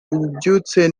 ububyutse